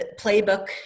playbook